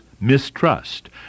mistrust